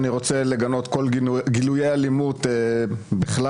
אני רוצה לגנות כל גילויי אלימות בכלל,